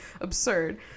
absurd